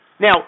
Now